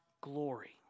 glory